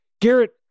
Garrett